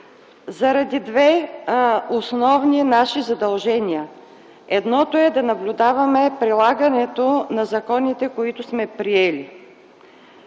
заради две основни наши задължения. Едното е да наблюдаваме прилагането на законите, които сме приели.